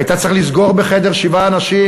היית צריך לסגור בחדר שבעה אנשים,